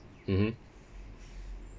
mmhmm